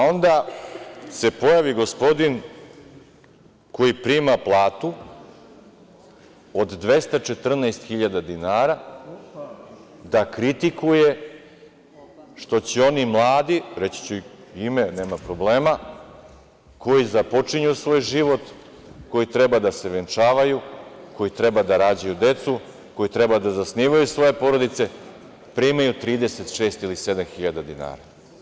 Onda se pojavi gospodin koji prima platu od 214 hiljada dinara da kritikuje što će oni mladi, reći ću i ime, nema problema, koji započinju svoj život, koji treba da se venčavaju, koji treba da rađaju decu, koji treba da zasnivaju svoje porodice, primaju 36 i 37 hiljada dinara.